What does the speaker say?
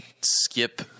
skip